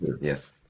Yes